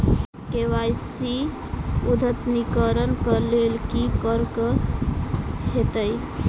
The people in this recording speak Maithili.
के.वाई.सी अद्यतनीकरण कऽ लेल की करऽ कऽ हेतइ?